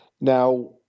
Now